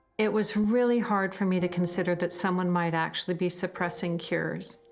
it was really hard for me to consider, that someone might actually be supressing cures.